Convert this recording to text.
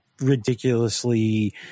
ridiculously